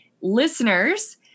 Listeners